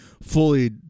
fully